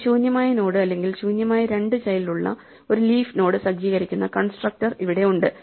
ഒരു ശൂന്യമായ നോഡ് അല്ലെങ്കിൽ ശൂന്യമായ രണ്ട് ചൈൽഡ് ഉള്ള ഒരു ലീഫ് നോഡ് സജ്ജീകരിക്കുന്ന കൺസ്ട്രക്റ്റർ ഇവിടെ ഉണ്ട്